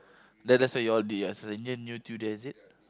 that that's what you all did ya so in the end you two that's it